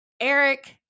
Eric